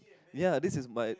ya this is my